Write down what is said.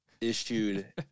issued